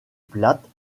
plates